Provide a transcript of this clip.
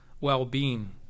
well-being